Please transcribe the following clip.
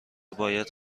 باید